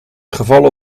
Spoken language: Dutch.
gevallen